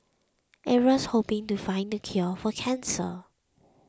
everyone's hoping to find the cure for cancer